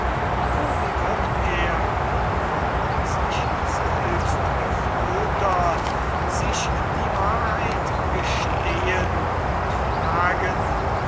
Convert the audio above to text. o wie wird er von sich selbst gefoltert sich die wahrheit gestehen und fragen